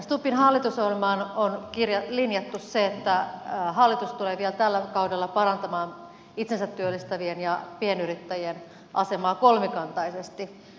stubbin hallitusohjelmaan on linjattu se että hallitus tulee vielä tällä kaudella parantamaan itsensä työllistävien ja pienyrittäjien asemaa kolmikantaisesti